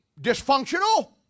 dysfunctional